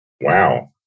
Wow